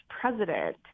president